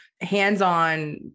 hands-on